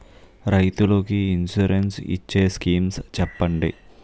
రైతులు కి ఇన్సురెన్స్ ఇచ్చే స్కీమ్స్ చెప్పండి?